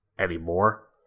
anymore